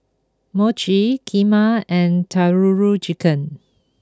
Mochi Kheema and Tandoori Chicken